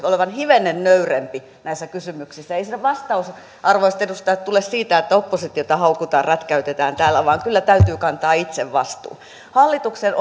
olevan hivenen nöyrempi näissä kysymyksissä ei se vastaus arvoisat edustajat tule siitä että oppositiota haukutaan rätkäytetään täällä vaan kyllä täytyy kantaa itse vastuu hallituksen